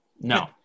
No